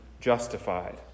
justified